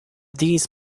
these